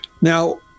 Now